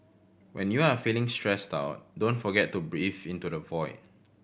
when you are feeling stressed out don't forget to breathe into the void